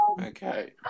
Okay